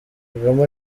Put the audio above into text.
kagame